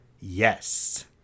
yes